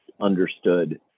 understood